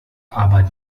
aber